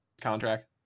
contract